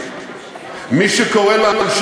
מי שקורא להם שהידים,